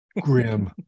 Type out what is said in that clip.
grim